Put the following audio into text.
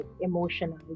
emotional